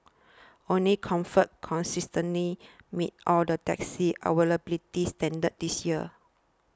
only comfort consistently met all the taxi availability standards this year